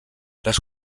les